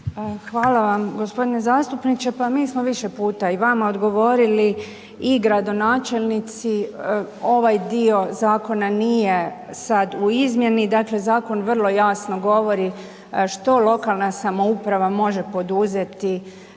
Hvala vam g. zastupniče. Pa mi smo više puta i vama odgovorili i gradonačelnici, ovaj dio zakona nije sad u izmjeni. Dakle, zakon vrlo jasno govori što lokalna samouprava može poduzeti